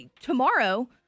tomorrow